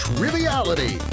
Triviality